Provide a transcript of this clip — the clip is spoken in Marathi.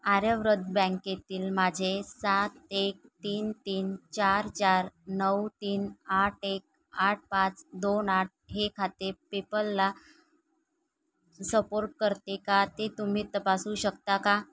आर्यव्रत बँकेतील माझे सात एक तीन तीन चार चार नऊ तीन आठ एक आठ पाच दोन आठ हे खाते पेपलला सपोर्ट करते का ते तुम्ही तपासू शकता का